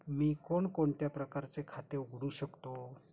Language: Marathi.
मी कोणकोणत्या प्रकारचे खाते उघडू शकतो?